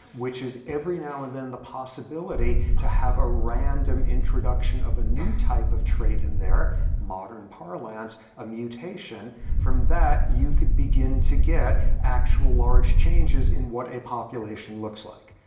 which is every now and then the possibility to have a random introduction of a new type of trait in there modern parlance, a mutation from that, you can begin to get actual large changes in what a population looks like.